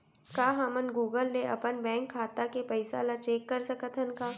का हमन गूगल ले अपन बैंक खाता के पइसा ला चेक कर सकथन का?